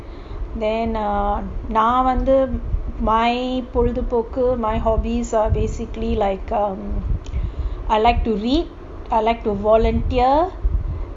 then ugh now நான்வந்து:nan vandhu my பொழுதுபோக்கு:poluthupokku my hobbies are basically ugh I like to read I like to volunteer